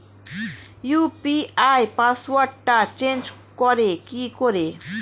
UPI পাসওয়ার্ডটা change করে কি করে?